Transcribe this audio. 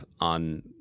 on